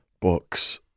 books